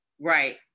Right